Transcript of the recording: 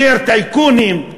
יותר טייקונים,